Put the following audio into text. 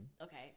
okay